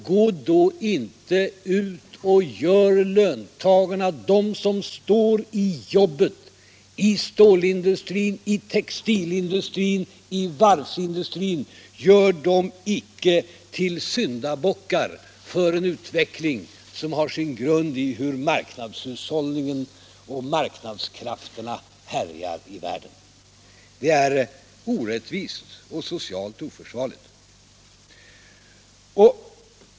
Gå då inte ut och gör löntagarna och dem som står i jobbet — i stålindustrin, i textilindustrin, i varvsindustrin — till syndabockar för en utveckling som har sin grund i hur marknadshushållningen och marknadskrafterna härjar i världen. Det är orättvist och socialt oförsvarligt.